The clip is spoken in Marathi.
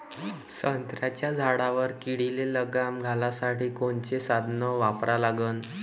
संत्र्याच्या झाडावर किडीले लगाम घालासाठी कोनचे साधनं वापरा लागन?